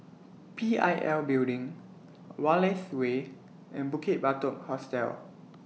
P I L Building Wallace Way and Bukit Batok Hostel